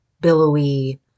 billowy